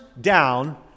down